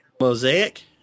Mosaic